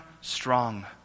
strong